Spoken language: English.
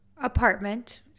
apartment